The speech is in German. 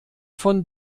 von